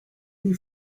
who